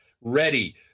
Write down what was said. ready